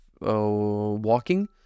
walking